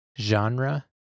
genre